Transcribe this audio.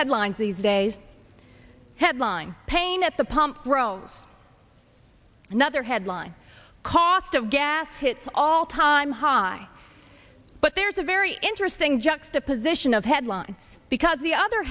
headlines these days headline pain at the pump grow another headline cost of gas hits all time high but there's a very interesting juxtaposition of headline because the other